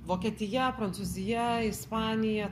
vokietija prancūzija ispanija